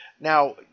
Now